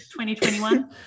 2021